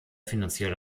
finanzielle